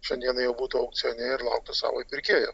šiandieną jau būtų aukcione ir lauktų savojo pirkėjo